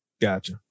Gotcha